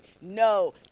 No